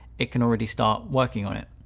it can already start working on it.